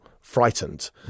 frightened